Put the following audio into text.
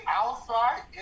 outside